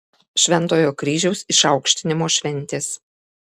šventojo kryžiaus išaukštinimo šventės